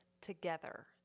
together